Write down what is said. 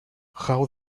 how